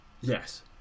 Yes